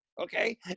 Okay